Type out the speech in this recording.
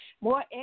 more